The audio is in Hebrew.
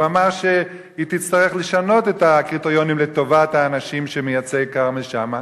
אמר שהיא תצטרך לשנות את הקריטריונים לטובת האנשים שמייצג כרמל שאמה.